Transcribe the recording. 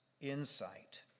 insight